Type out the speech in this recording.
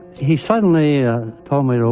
he suddenly told me to